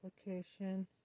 application